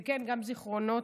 וכן, גם זיכרונות.